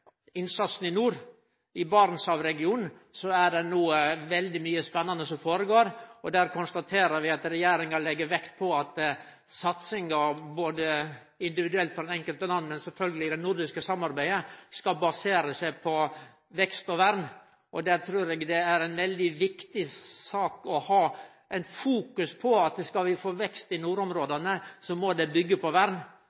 nord. I Barentsregionen er det no veldig mykje spennande som føregår. Vi konstaterer at regjeringa legg vekt på at satsinga – også individuelt, for dei enkelte landa, sjølvsagt – i det nordiske samarbeidet skal basere seg på vekst og vern. Eg trur det er veldig viktig å ha fokus på at skal vi få vekst i